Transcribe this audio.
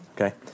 okay